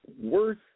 Worth